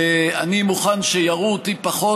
אני מוכן שיראו אותי פחות.